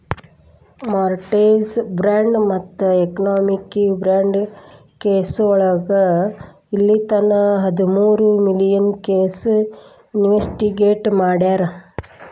mortgage fraud ಮತ್ತ economic fraud ಕೆಸೋಳಗ ಇಲ್ಲಿತನ ಹದಮೂರು ಮಿಲಿಯನ್ ಕೇಸ್ ಇನ್ವೆಸ್ಟಿಗೇಟ್ ಮಾಡ್ಯಾರ